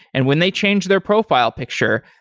and when they change their profile picture,